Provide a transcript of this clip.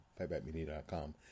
Fightbackmedia.com